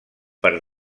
per